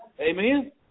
Amen